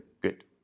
good